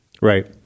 Right